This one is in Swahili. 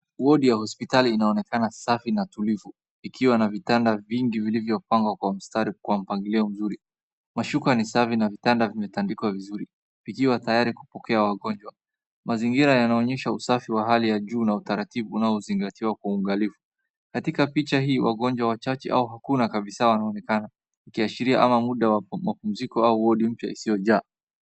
Wodi ya hospitali inaonekana safi na tulivu ikiwa na vitanda vingi vilivyopangwa kwa mstari kwa mpangilio mzuri. Mashuka ni safi na vitanda vimetandikwa vizuri ikiwa tayari kupokea wagonjwa. Mazingira yanaonyesha usafi wa hali ya juu na utaratibu unaozingatiwa kwa uangalifu. Katika picha hii wagonjwa wachache au hakuna kabisa wanaonekana. Kiashiria ama muda wa pokua kujulikana au wodi mpya isiyo jaa.